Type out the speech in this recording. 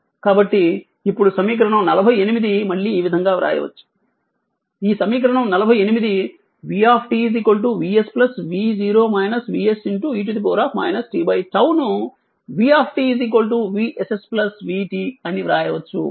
కాబట్టి ఇప్పుడు సమీకరణం 48 మళ్లీ ఈ విధంగా రాయవచ్చు ఈ సమీకరణం 48 v VS e t 𝝉 ను v VSS vt అని వ్రాయవచ్చు